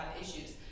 issues